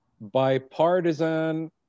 bipartisan